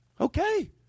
Okay